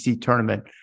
tournament